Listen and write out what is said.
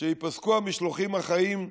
שייפסקו המשלוחים החיים,